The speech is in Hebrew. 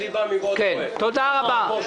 תודה רבה, הישיבה נעולה.